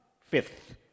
fifth